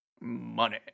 money